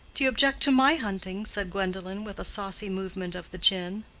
do you object to my hunting? said gwendolen, with a saucy movement of the chin.